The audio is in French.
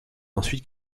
ensuite